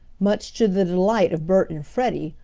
much to the delight of bert and freddie,